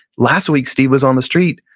last week steve was on the street,